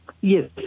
Yes